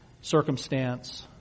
circumstance